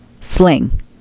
sling